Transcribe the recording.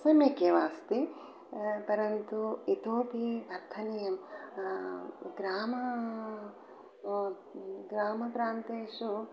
सम्यक् एव अस्ति परन्तु इतोपि वर्धनीयं ग्रामे ग्रामप्रान्तेषु